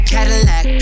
Cadillac